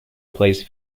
plays